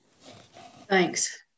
Thanks